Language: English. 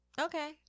Okay